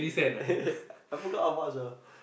I forgot how much ah